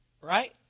right